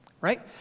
right